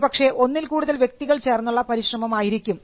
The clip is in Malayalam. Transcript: ഒരുപക്ഷേ ഒന്നിൽ കൂടുതൽ വ്യക്തികൾ ചേർന്നുള്ള പരിശ്രമം ആയിരിക്കും